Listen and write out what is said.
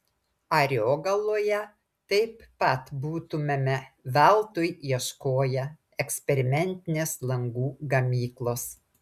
ariogaloje taip pat būtumėme veltui ieškoję eksperimentinės langų gamyklos